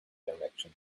direction